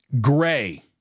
gray